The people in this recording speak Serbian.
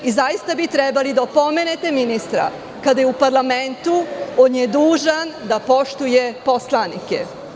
Zaista bi trebali da opomenete ministra, kada je u parlamentu, on je dužan da poštuje poslanike.